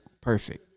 Perfect